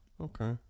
Okay